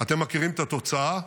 אתם מכירים את התוצאה.